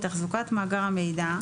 תחזוקת מאגר המידע,